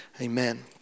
amen